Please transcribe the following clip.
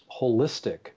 holistic